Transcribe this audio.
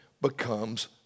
becomes